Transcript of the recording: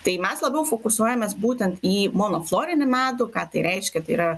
tai mes labiau fokusuojames būtent į mono florinį medų ką tai reiškia tai yra